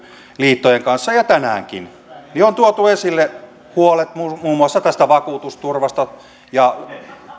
liittojen kanssa ja tänäänkin on tuotu esille huolet muun muun muassa tästä vakuutusturvasta ja